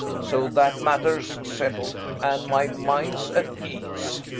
so that matter's settled, and my mind's at ease!